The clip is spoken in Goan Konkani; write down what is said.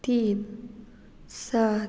तीन सात